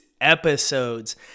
episodes